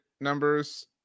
numbers